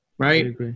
right